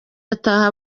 ataha